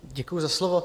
Děkuju za slovo.